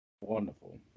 Wonderful